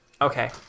Okay